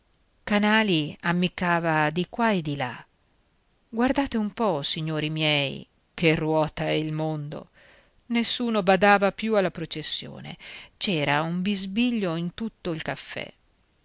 canali ammiccava di qua e di là guardate un po signori miei che ruota è il mondo nessuno badava più alla processione c'era un bisbiglio in tutto il caffè